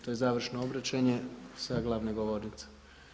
To je završeno obraćanje sa glavne govornice.